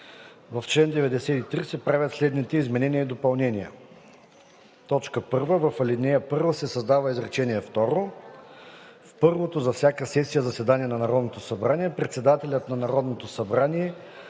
В чл. 93 се правят следните изменения и допълнения: 1. В ал. 1 се създава изречение второ: „В първото за всяка сесия заседание на Народното събрание председателят на Народното събрание